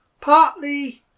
Partly